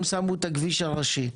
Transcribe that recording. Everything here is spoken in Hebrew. הם שמו את הכביש הראשי.